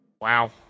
Wow